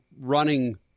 running